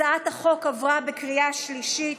הצעת החוק עברה בקריאה שלישית.